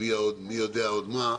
ומי יודע עוד מה,